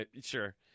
sure